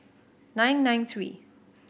nine nine three